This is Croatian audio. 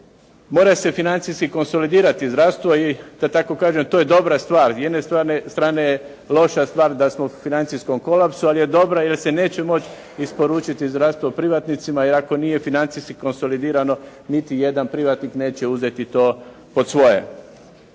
mora se financijski konsolidirati zdravstvo i kad tako kažem, to je dobra stvar. S jedne strane je loša stvar da smo u financijskom kolapsu, ali je dobra jer se neće moći isporučiti zdravstvo privatnicima jer ako nije financijski konsolidirano niti jedan privatnik neće uzeti to pod svoje.